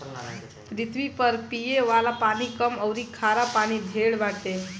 पृथ्वी पर पिये वाला पानी कम अउरी खारा पानी ढेर बाटे